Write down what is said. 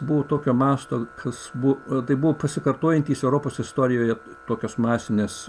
buvo tokio masto kas buvo tai buvo pasikartojantys europos istorijoje tokios masinės